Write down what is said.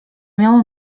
miało